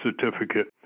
certificate